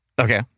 Okay